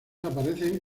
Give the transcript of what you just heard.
aparecen